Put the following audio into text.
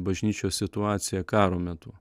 bažnyčios situacija karo metu